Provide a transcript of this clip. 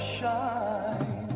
shine